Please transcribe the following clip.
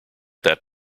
that